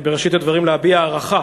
בראשית הדברים להביע הערכה